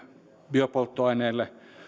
biopolttoaineille